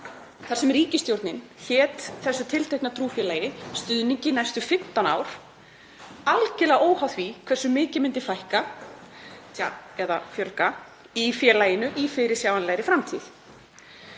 þar sem ríkisstjórnin hét þessu tiltekna trúfélagi stuðningi næstu 15 ár, algjörlega óháð því hversu mikið myndi fækka eða fjölga í félaginu í fyrirsjáanlegri framtíð.